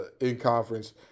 in-conference